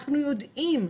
אנחנו יודעים,